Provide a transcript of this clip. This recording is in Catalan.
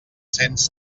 cents